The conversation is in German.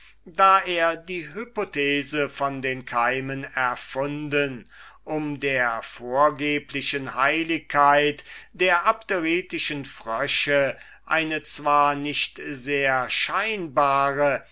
da er die hypothese von den keimen erfunden um der vorgeblichen heiligkeit der abderitischen frösche eine zwar nicht sehr scheinbare